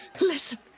listen